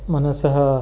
मनः